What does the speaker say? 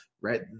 right